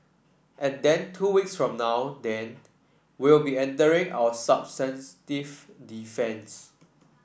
and then two weeks from now then we'll be entering our substantive defence